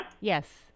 Yes